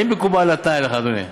האם מקובל עליך, אדוני?